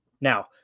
Now